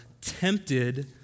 tempted